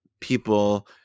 people